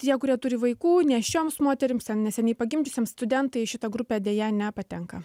tie kurie turi vaikų nėščioms moterims ten neseniai pagimdžiusioms studentai į šitą grupę deja nepatenka